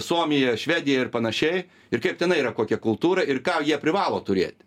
suomiją švediją ir panašiai ir kaip tenai yra kokia kultūra ir ką jie privalo turėti